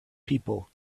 people